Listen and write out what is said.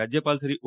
રાજ્યપાલ શ્રી ઓ